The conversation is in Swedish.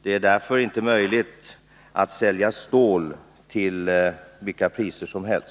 Det är därför inte möjligt att sälja stål till vilka priser som helst.